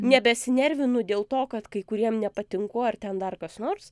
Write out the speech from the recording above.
nebesinervinu dėl to kad kai kuriem nepatinku ar ten dar kas nors